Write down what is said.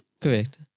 Correct